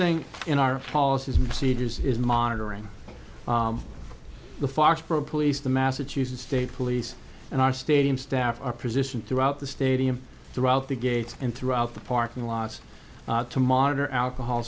thing in our policies and procedures is monitoring the foxboro police the massachusetts state police and our stadium staff are positioned throughout the stadium throughout the gates and throughout the parking lot to monitor alcohol